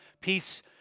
Peace